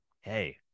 Hey